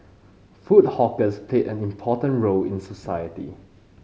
food hawkers played an important role in society